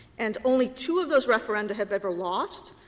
and only two of those referenda have ever lost.